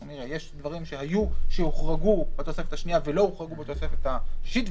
אנחנו נראה שיש דברים שהוחרגו בתוספת השנייה ולא הוחרגו בתוספת השישית,